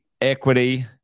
equity